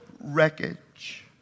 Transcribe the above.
wreckage